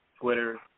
Twitter